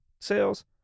sales